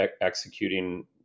executing